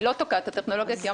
היא לא תוקעת את הטכנולוגיה כי היא